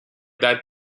that